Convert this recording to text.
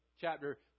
Chapter